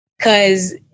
Cause